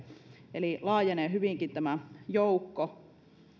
eli laajenee hyvinkin tämä joukko